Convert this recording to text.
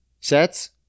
sets